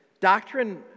Doctrine